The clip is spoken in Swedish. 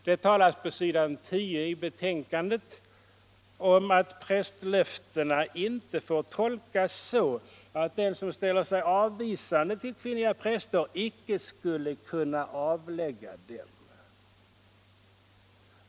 Det talas på s. 10 i betänkandet om att prästlöftena inte får tolkas så, ”att den, som ställer sig avvisande till kvinnliga präster, icke skulle kunna avlägga dem”.